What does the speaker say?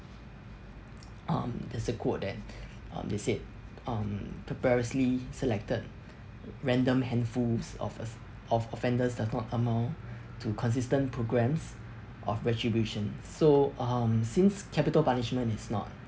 um there's a quote that um they said um precariously selected random handfuls of us~ of offenders does not amount to consistent programmes of retribution so um since capital punishment is not